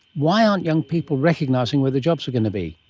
why aren't young people recognising where the jobs are going to be?